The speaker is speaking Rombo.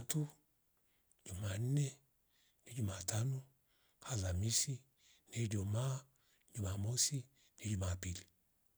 Mtuhu, jumane, ni jumatau, alamisi, ni ijuma, jumamosi, niri jumapili